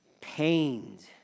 pained